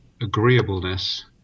agreeableness